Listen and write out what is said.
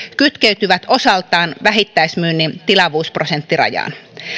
kytkeytyvät osaltaan vähittäismyynnin tilavuusprosenttirajaan